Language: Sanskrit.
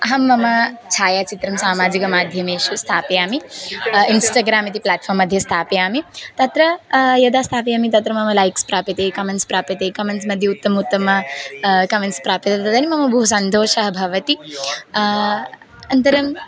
अहं मम छायाचित्रं सामाजिक माध्यमेषु स्थापयामि इन्स्टग्राम् इति प्लाट्फ़र्म्मध्ये स्थापयामि तत्र यदा स्थापयामि तत्र मम लैक्स् प्राप्यते कमेण्ट्स् प्राप्यते कमेण्ट्स्मध्ये उत्तमम् उत्तमं कमेण्ट्स् प्राप्यते तदानीं मम बहु सन्तोषः भवति अनन्तरम्